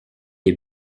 est